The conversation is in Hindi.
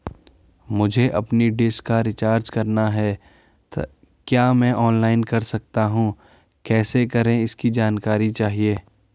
मुझे अपनी डिश का रिचार्ज करना है क्या मैं ऑनलाइन कर सकता हूँ कैसे करें इसकी जानकारी चाहिए?